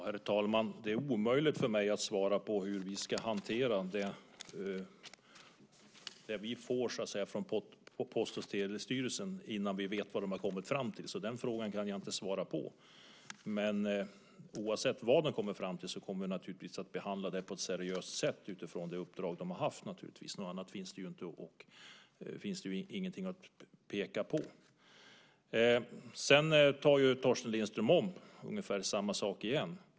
Herr talman! Det är omöjligt för mig att svara på hur vi ska hantera det vi får från Post och telestyrelsen innan vi vet vad de har kommit fram till. Den frågan kan jag inte svara på. Men oavsett vad de kommer fram till kommer vi naturligtvis att behandla det på ett seriöst sätt utifrån det uppdrag de har haft. Något annat finns inte att peka på. Torsten Lindström tar om ungefär samma sak igen.